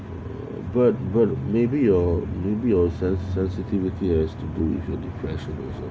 bird bird maybe or maybe authors sensitivity has to do with a depression